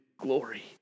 glory